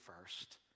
first